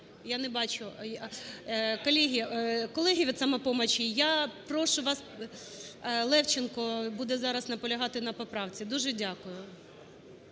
Я не бачу. Колеги від "Самопомочі, я прошу вас, Левченко буде зараз наполягати на поправці. Дуже дякую.